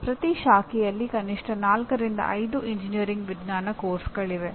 ಪ್ರತಿ ಶಾಖೆಯಲ್ಲಿ ಕನಿಷ್ಠ 4 5 ಎಂಜಿನಿಯರಿಂಗ್ ವಿಜ್ಞಾನ ಪಠ್ಯಕ್ರಮಗಳಿವೆ